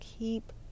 Keep